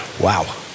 Wow